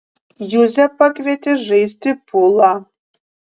juzę pakvietė žaisti pulą